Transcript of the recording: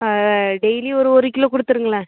daily ஒரு ஒருக்கிலோ கொடுத்துருங்களேன்